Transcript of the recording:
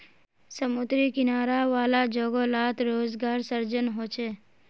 समुद्री किनारा वाला जोगो लात रोज़गार सृजन होचे